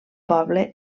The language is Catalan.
poble